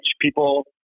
People